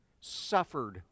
suffered